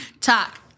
talk